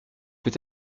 peut